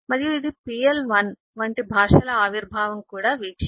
మరియు ఇది pl 1 వంటి భాషల ఆవిర్భావం కూడా వీక్షించింది